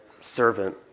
servant